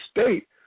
State